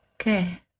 Okay